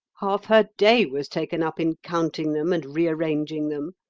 half her day was taken up in counting them and re-arranging them,